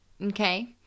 Okay